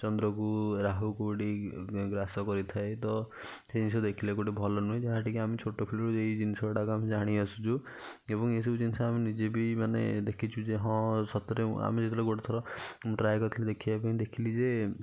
ଚନ୍ଦ୍ରକୁ ରହୁ କେଉଁଠି ଗ୍ରାସ କରିଥାଏ ତ ସେଇ ଜିନିଷ ଦେଖିଲେ କେଉଁଠି ଭଲ ନୁହେଁ ଯାହା ଟିକେ ଆମେ ଛୋଟ ଥିଲୁ ଏହି ଜିନିଷ ଗୁଡ଼ାକ ଆମେ ଜାଣି ଆସୁଛୁ ଏବଂ ଏ ସବୁ ଜିନିଷ ଆମେ ନିଜେବି ମାନେ ଦେଖିଛୁ ଯେ ହଁ ସତରେ ଆମେ ଯେତେବେଳେ ଗୋଟେ ଥର ଟ୍ରାଏ କରିଥିଲି ଦେଖିବା ପାଇଁ ଦେଖିଲି ଯେ